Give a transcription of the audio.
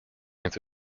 into